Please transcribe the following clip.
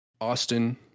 Austin